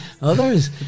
others